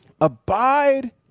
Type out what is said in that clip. Abide